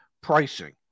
pricing